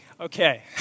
Okay